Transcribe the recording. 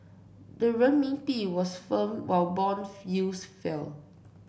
the Renminbi was firm while bond yields fell